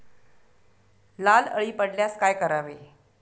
लाल अळी पडल्यास काय करावे?